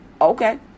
okay